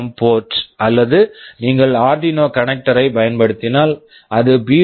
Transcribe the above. M PWM port port அல்லது நீங்கள் Arduino Arduino connector connector ஐப் பயன்படுத்தினால் அது பி